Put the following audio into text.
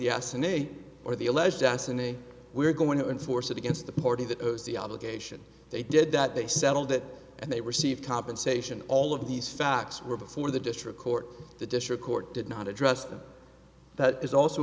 yesterday or the alleged assassination we're going to enforce it against the party that has the obligation they did that they settled it and they were sea of compensation all of these facts were before the district court the district court did not address them that is also